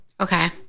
Okay